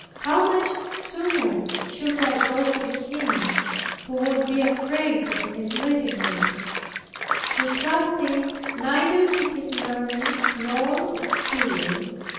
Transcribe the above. how much sooner should i go to him who would be afraid of misleading me who trusting neither to his learning nor experience,